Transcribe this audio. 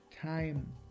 time